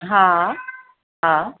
हा हा